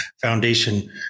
foundation